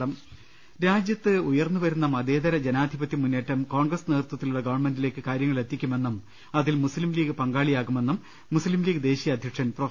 ലലലലലലലലലലലലല രാജ്യത്ത് ഉയർന്ന് വരുന്ന മതേതര ജനാധിപത്യ മുന്നേറ്റം കോൺഗ്രസ് നേതൃത്വത്തിലുളള ഗവൺമെന്റി ലേക്ക് കാരൃങ്ങളെത്തിക്കുമെന്നും അതിൽ മുസ്ലീം ലീഗ് പങ്കാളിയാകുമെന്നും മുസ്ലീംലീഗ് ദേശീയ അധ്യക്ഷൻ പ്രൊഫ